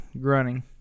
grunting